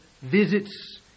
visits